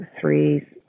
three